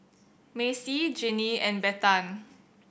Macey Jinnie and Bethann